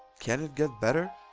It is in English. can it get better?